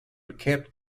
kept